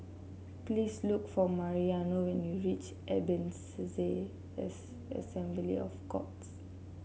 please look for Mariano when you reach Ebenezer as Assembly of Gods